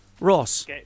Ross